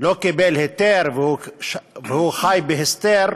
לא קיבל היתר והוא חי בהסתר,